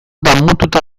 damututa